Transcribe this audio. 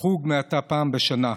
תחוג מעתה פעם בשנה.